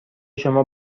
شما